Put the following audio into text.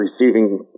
receiving